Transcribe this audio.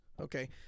Okay